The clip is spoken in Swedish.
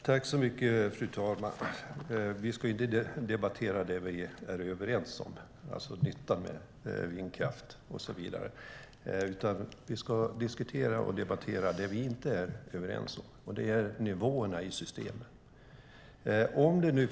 Fru talman! Vi ska inte debattera det som vi är överens om, det vill säga nyttan med vindkraft. Vi ska debattera det vi inte är överens om, nämligen nivåerna i systemen.